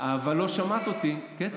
לא שמעת אותי, קטי.